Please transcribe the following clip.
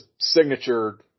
signature